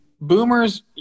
Boomers